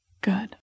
Good